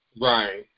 Right